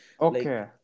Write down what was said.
Okay